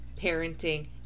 parenting